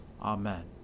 Amen